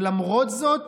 ולמרות זאת,